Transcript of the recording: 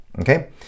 okay